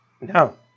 No